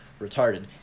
retarded